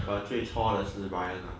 but 最 chor 的是 brian